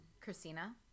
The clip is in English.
Christina